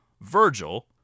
Virgil